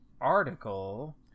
article